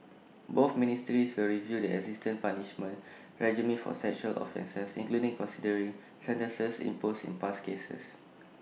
both ministries will review the existing punishment regime for sexual offences including considering sentences imposed in past cases